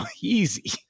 Easy